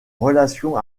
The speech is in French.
relation